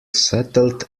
settled